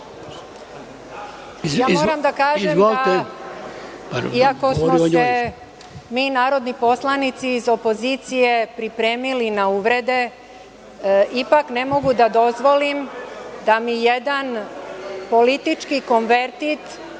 Moram da kažem da iako smo se mi narodni poslanici iz opozicije pripremili na uvrede, ipak ne mogu da dozvolim da mi jedan politički konvertit